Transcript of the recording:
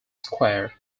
square